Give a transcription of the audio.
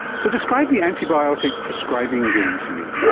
so describe the antibiotic prescribing game to me.